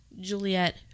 Juliet